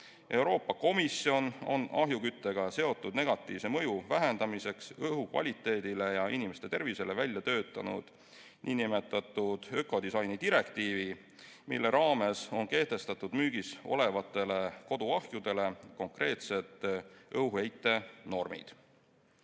et vähendada ahjuküttega seotud negatiivset mõju õhukvaliteedile ja inimeste tervisele, välja töötanud niinimetatud ökodisaini direktiivi, mille raames on kehtestatud müügil olevatele koduahjudele konkreetsed õhuheitenormid.